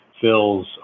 fills